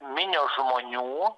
minios žmonių